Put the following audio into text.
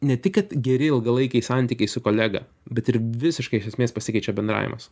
ne tik kad geri ilgalaikiai santykiai su kolega bet ir visiškai iš esmės pasikeičia bendravimas